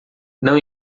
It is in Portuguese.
não